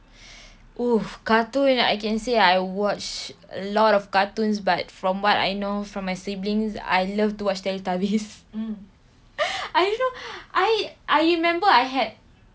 !oof! cartoon I can say I watch a lot of cartoons but from what I know from my siblings I love to watch teletubbies I you know I I remember I had